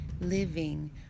living